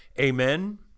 Amen